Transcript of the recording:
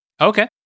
Okay